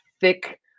thick